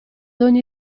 ogni